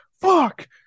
fuck